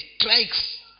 strikes